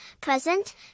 present